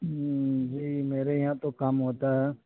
جی میرے یہاں تو کام ہوتا ہے